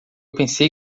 pensei